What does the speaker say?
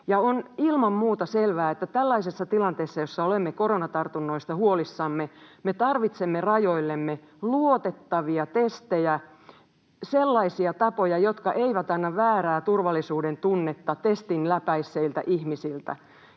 on ilman muuta selvää, että tällaisessa tilanteessa, kun olemme koronatartunnoista huolissamme, me tarvitsemme rajoillemme luotettavia testejä, sellaisia tapoja, jotka eivät anna väärää turvallisuudentunnetta testin läpäisseille ihmisille,